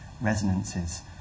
resonances